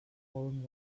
fallen